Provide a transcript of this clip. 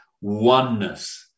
oneness